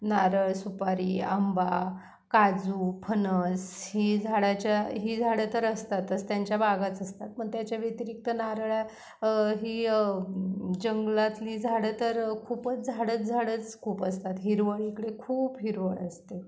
नारळ सुपारी आंबा काजू फणस ही झाडाच्या ही झाडं तर असतातच त्यांच्या बागाच असतात पण त्याच्या व्यतिरिक्त नारळात ही जंगलातली झाडं तर खूपच झाडंच झाडंच खूप असतात हिरवळ इकडे खूप हिरवळ असते